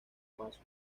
pasos